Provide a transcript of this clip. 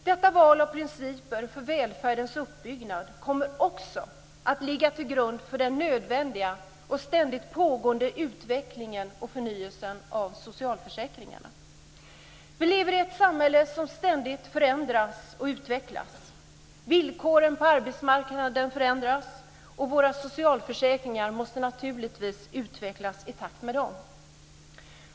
Detta val av principer för välfärdens uppbyggnad kommer också att ligga till grund för den nödvändiga och ständigt pågående utvecklingen och förnyelsen av socialförsäkringarna. Vi lever i ett samhälle som ständigt förändras och utvecklas. Villkoren på arbetsmarknaden förändras och våra socialförsäkringar måste naturligtvis utvecklas i takt med dem.